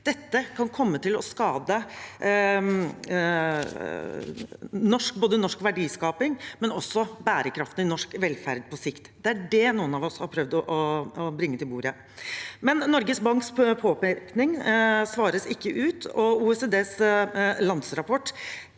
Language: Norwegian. Dette kan komme til å skade både norsk verdiskaping og bærekraften i norsk velferd på sikt. Det er det noen av oss har prøvd å bringe på bordet. Norges Banks påpekning besvares ikke, og OECDs landrapport